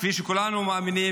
כפי שכולנו מאמינים,